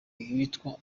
witwa